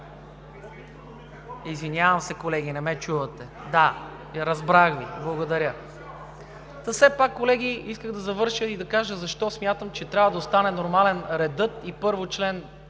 Извинявам се, колеги, не ме чувате. (Реплики.) Разбрах Ви. Благодаря. Все пак, колеги, исках да завърша и да кажа защо смятам, че трябва да остане нормален редът и да бъде